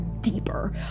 deeper